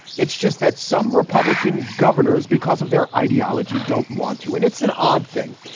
it's just that some republican governors, because of their ideology, don't want to. and it's an odd thing,